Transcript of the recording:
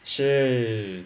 !chey!